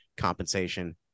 compensation